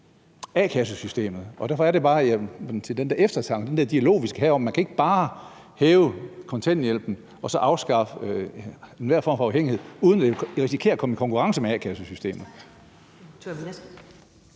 a-kassesystemet, og derfor er det bare, at jeg spørger til den der eftertanke og den der dialog, vi skal have om, at man ikke bare kan hæve kontanthjælpen og afskaffe enhver form for afhængighed, uden at det risikerer at komme i konkurrence med a-kassesystemet.